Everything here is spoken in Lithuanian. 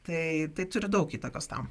tai tai turi daug įtakos tam